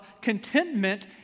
contentment